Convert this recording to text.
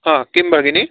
हा किं भगिनी